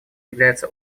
является